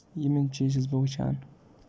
یِم یِم چیٖز چھُس بہٕ وُچھان